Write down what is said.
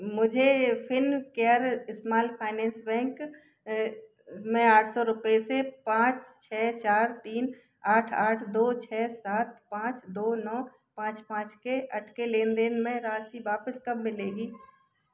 मुझे Fincare small finance bank में आठ सौ रुपये से पाँच छः चार तीन आठ आठ दो छः सात पाँच दो नौ पाँच पाँच के अटके लेनदेन में राशि वापस कब मिलेगी